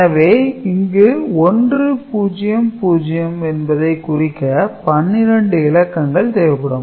எனவே இங்கு 100 என்பதை குறிக்க 12 இலக்கங்கள் தேவைப்படும்